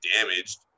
damaged